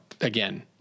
again